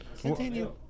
Continue